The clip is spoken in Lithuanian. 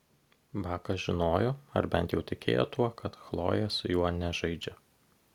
bakas žinojo ar bent jau tikėjo tuo kad chlojė su juo nežaidžia